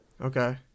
Okay